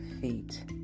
feet